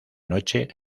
noche